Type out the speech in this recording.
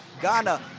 Ghana